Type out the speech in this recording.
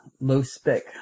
low-spec